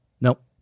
Nope